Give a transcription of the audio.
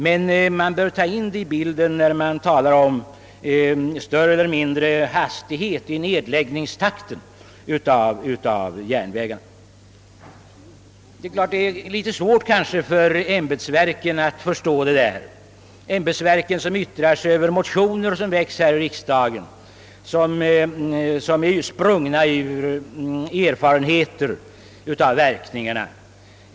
Men man bör beakta dem när man talar om den större eller mindre hastigheten i nedläggningstakten för järnvägarna. Det är kanske svårt för ämbetsverken att inse detta när de yttrar sig över motioner som har väckts i riksdagen och vilka är sprungna ur erfarenheter av verkningarna.